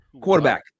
Quarterback